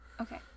okay